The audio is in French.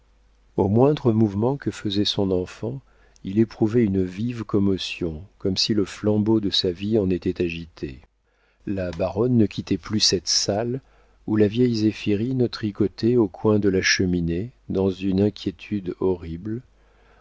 au moindre mouvement que faisait son enfant il éprouvait une vive commotion comme si le flambeau de sa vie en était agité la baronne ne quittait plus cette salle où la vieille zéphirine tricotait au coin de la cheminée dans une inquiétude horrible